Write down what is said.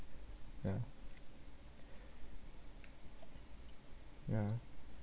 yeah yeah